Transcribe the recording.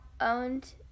owned